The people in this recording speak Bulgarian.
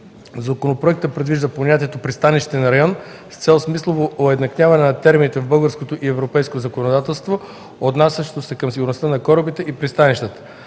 Законопроектът въвежда понятието „пристанищен район” с цел смислово уеднаквяване на термините в българското и европейско законодателство, отнасящо се към сигурността на корабите и пристанищата.